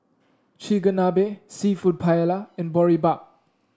Chigenabe seafood Paella and Boribap